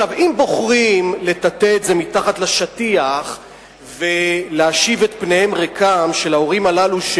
אם בוחרים לטאטא את זה מתחת לשטיח ולהשיב ריקם את פניהם של ההורים הללו,